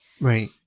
Right